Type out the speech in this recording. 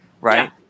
Right